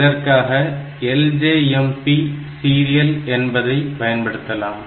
இதற்காக LJMP serial என்பதை பயன்படுத்தலாம்